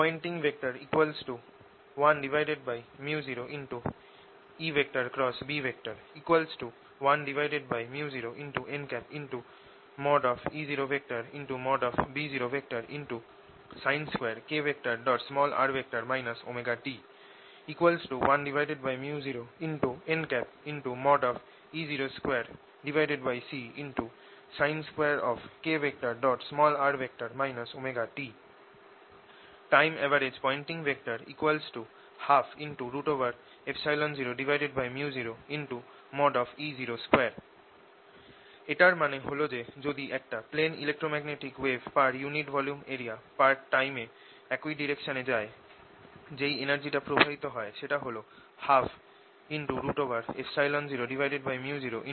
Poynting vector 1µ0EB 1µ0nE0 B0sin2kr ωt 1µ0nE02Csin2kr ωt Time average Poynting vector 120µ0E02 এটার মানে হল যে যদি একটা plane electromagnetic wave per unit area per unit টাইমে একই ডাইরেকশনে যায় যেই এনার্জিটা প্রবাহিত হয় সেটা হল 120µ0E02